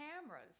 cameras